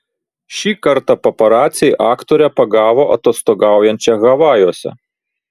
šį kartą paparaciai aktorę pagavo atostogaujančią havajuose